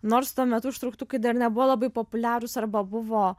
nors tuo metu užtrauktukai dar nebuvo labai populiarūs arba buvo